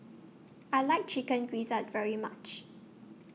I like Chicken Gizzard very much